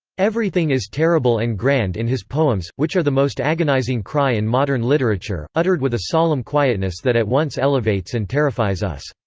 everything is terrible and grand in his poems, which are the most agonizing cry in modern literature, uttered with a solemn quietness that at once elevates and terrifies us.